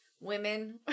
women